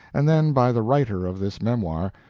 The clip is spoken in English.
and then by the writer of this memoir,